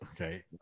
Okay